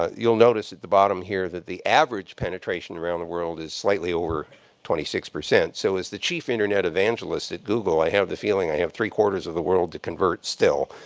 ah you'll notice at the bottom here that the average penetration around the world is slightly over twenty six. so as the chief internet evangelist at google, i have the feeling i have three-quarters of the world to convert still.